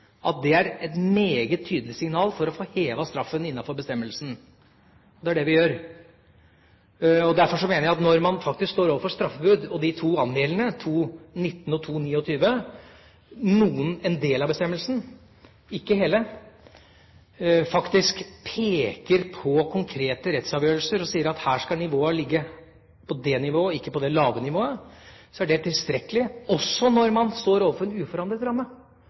skal ligge, er et meget tydelig signal for å få hevet straffen innenfor bestemmelsen. Det er det vi gjør. Jeg mener at når man står overfor straffebud og de to angjeldende paragrafene, 219 og 229 – noen en del av bestemmelsen, ikke hele – peker på konkrete rettsavgjørelser og sier at her skal nivået ligge, på det nivået og ikke på det lave nivået, så er det tilstrekkelig, også når man står overfor en uforandret ramme.